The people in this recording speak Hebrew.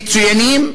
מצוינים,